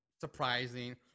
surprising